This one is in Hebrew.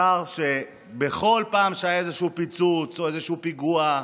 שר שבכל פעם שהיה איזשהו פיצוץ, איזשהו פיגוע,